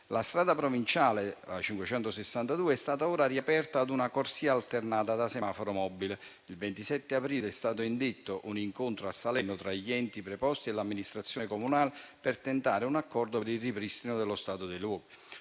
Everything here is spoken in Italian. La strada provinciale 562 è stata riaperta a corsie alternate da semaforo mobile. Il 27 aprile è stato indetto un incontro a Salerno tra gli enti preposti e l'amministrazione comunale per tentare un accordo per il ripristino dello stato dei luoghi.